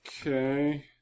Okay